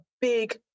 big